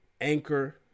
Anchor